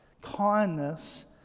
kindness